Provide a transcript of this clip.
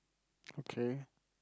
okay